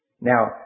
Now